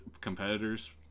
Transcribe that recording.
competitors